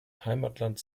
heimatland